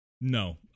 No